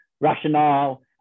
rationale